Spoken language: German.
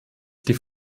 die